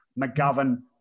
McGovern